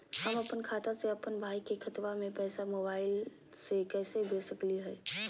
हम अपन खाता से अपन भाई के खतवा में पैसा मोबाईल से कैसे भेज सकली हई?